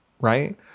right